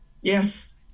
Yes